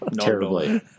Terribly